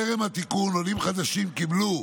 טרם התיקון, עולים חדשים קיבלו